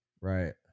Right